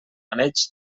maneig